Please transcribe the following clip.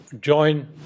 join